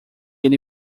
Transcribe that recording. ele